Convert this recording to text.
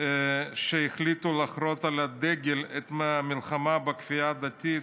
שהחליטו לחרות על הדגל את המלחמה בכפייה הדתית,